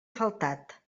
faltat